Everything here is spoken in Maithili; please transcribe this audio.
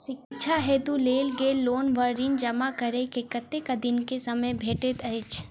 शिक्षा हेतु लेल गेल लोन वा ऋण जमा करै केँ कतेक दिनक समय भेटैत अछि?